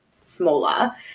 smaller